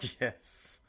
Yes